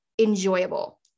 enjoyable